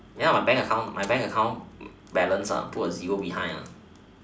ya my bank account my bank account balance ah put a zero behind